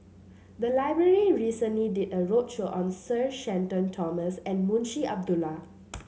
the library recently did a roadshow on Sir Shenton Thomas and Munshi Abdullah